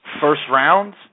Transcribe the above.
first-round